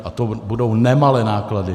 A to budou nemalé náklady.